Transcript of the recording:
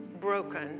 broken